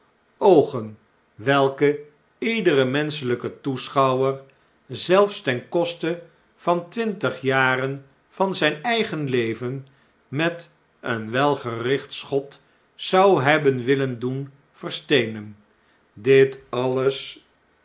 oogen welke iedere menschelijke toeschouwe'r zelfs ten koste van twintig jaren van zijn eigen leven met een welgericht schot zou hebben willen doen versteenen dit alles